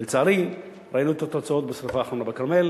ולצערי, ראינו את התוצאות בשרפה האחרונה בכרמל.